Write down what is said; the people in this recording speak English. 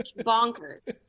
Bonkers